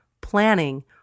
planning